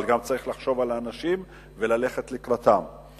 אבל צריך גם לחשוב על האנשים וללכת לקראתם.